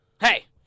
Hey